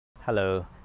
Hello